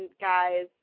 guys